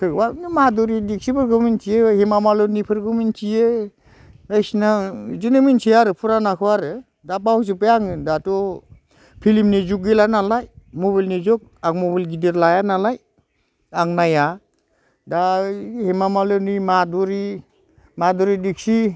सोरखौबा ओइ माधुरि दिक्सितफोरखौ मिनथियो हेमा मालनिफोरखौ मिनथियो बायदिसिना बिदिनो मिनथियो आरो फुरानाखौ आरो दा बावजोब्बाय आङो दाथ' फिल्मनि जुग गैला नालाय मबाइलनि जुग आं मबाइल गिदिर लाया नालाय आं नाया दा हेमा मालनि माधुुरि दिक्सित